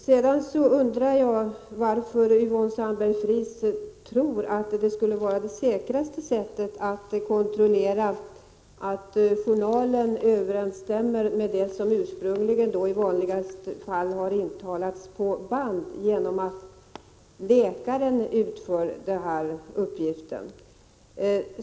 Sedan undrar jag varför Yvonne Sandberg-Fries tror att man får den säkraste kontrollen av att journalen överensstämmer med det som ursprungligen har intalats på band — vilket är det vanligaste förfaringssättet — om läkaren utför uppgiften.